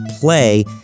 play